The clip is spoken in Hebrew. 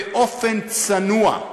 באופן צנוע,